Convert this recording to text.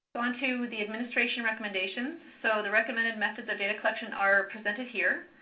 onto the administration recommendations. so, the recommended method of data collection are presented here.